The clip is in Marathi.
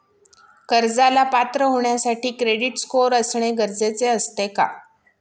कर्जाला पात्र होण्यासाठी क्रेडिट स्कोअर असणे गरजेचे असते का?